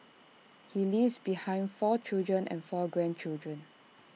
he leaves behind four children and four grandchildren